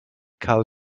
karl